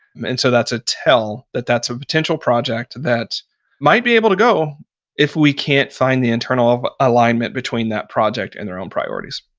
and so, that's a tell that that's a potential project that might be able to go if we can't find the internal alignment between that project and their own priorities.